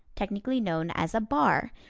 technically known as a bar,